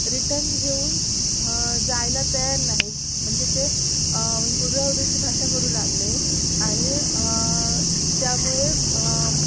return घेऊन ह जायला तयार नाहीत म्हणजे ते उडवाउडवीची भाषा करू लागले आणि त्यामुळे